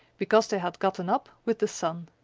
because they had gotten up with the sun.